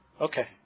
Okay